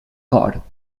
cor